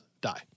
die